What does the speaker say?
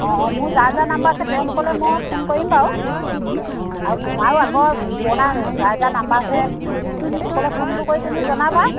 অঁ অঁ মোৰ যাৰ যাৰ নাম্বাৰ আছে তেওঁলোকলে মই ফোন কৰিম বাৰু তোমাৰো আগৰ পুৰণা যাৰ যাৰ নাম্বাৰ আছে তেওঁলোকলৈ ফোনটো কৰি তুমি জনাবা